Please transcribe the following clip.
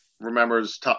remembers